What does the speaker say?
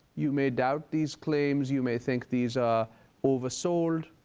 you may doubt these claims. you may think these are oversold,